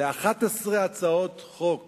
ל-11 הצעות חוק